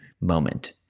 moment